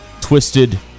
Twisted